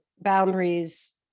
boundaries